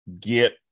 get